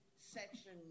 Section